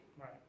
right